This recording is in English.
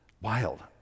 wild